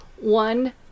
one